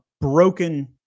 broken